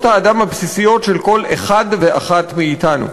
האדם הבסיסיות של כל אחד ואחת מאתנו.